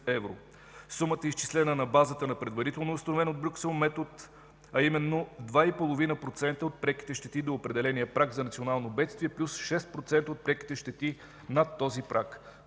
Сумата е изчислена на базата на предварително установен от Брюксел метод, а именно 2,5% от преките щети до определения праг за национално бедствие плюс 6% от преките щети над този праг.